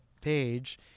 page